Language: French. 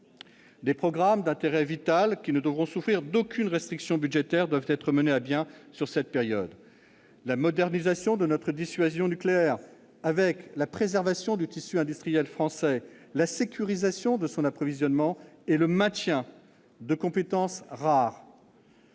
Des programmes d'intérêt vital, qui ne devront souffrir d'aucune restriction budgétaire, doivent être menés à bien sur la période : la modernisation de notre dissuasion nucléaire avec la préservation du tissu industriel français, la sécurisation de son approvisionnement et le maintien de compétences rares